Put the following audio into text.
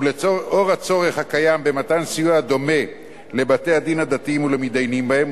ולאור הצורך הקיים במתן סיוע דומה לבתי-הדין הדתיים ולמתדיינים בהם,